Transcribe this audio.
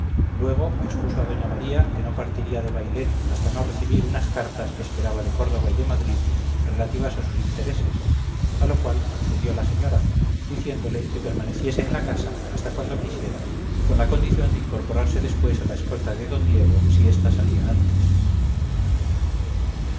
luego expuso a doña maría que no partiría de bailén hasta no recibir unas cartas que esperaba de córdoba y de madrid relativas a sus intereses a lo cual accedió la señora diciéndole que permaneciese en la casa hasta cuando quisiera con la condición de incorporarse después a la escolta de d diego si esta salía antes